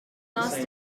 last